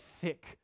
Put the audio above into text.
thick